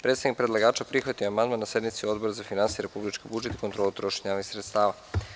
Predstavnik predlagača prihvatio je amandman na sednici Odbora za finansije, republički budžet i kontrolu trošenja javnih sredstava.